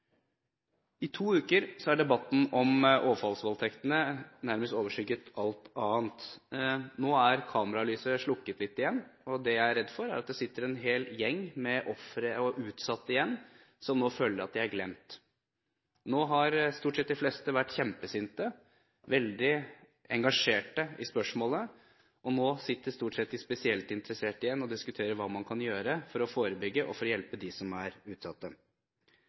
I to uker har debatten om overfallsvoldtektene nærmest overskygget alt annet. Nå er kameralyset slukket litt igjen, og det jeg er redd for, er at det sitter en hel gjeng med ofre og utsatte igjen som nå føler at de er glemt. Nå har stort sett de fleste vært kjempesinte, veldig engasjert i spørsmålet, og nå sitter stort sett de spesielt interesserte igjen og diskuterer hva man kan gjøre for å forebygge og for å hjelpe dem som er